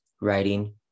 writing